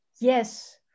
Yes